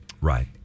Right